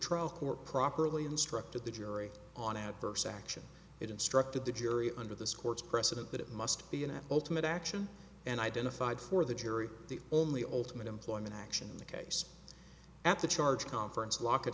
trial court properly instructed the jury on adverse action it instructed the jury under this court's precedent that it must be an ultimate action and identified for the jury the only ultimate employment action in the case at the charge conference lock